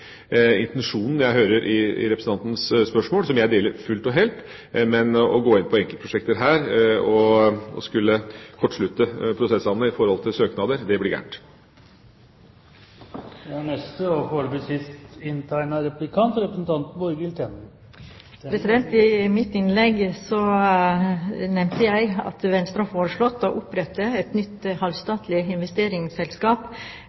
intensjonen jeg hører i representantens spørsmål, som jeg deler fullt og helt, men å gå inn på enkeltprosjekter her og skulle kortslutte prosessene når det gjelder søknader, ville være galt. I mitt innlegg nevnte jeg at Venstre har foreslått å opprette et nytt